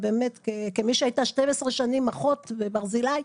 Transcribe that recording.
כמי שהייתה 12 שנים אחות בברזילי,